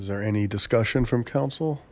is there any discussion from council